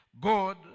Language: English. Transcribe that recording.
God